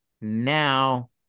now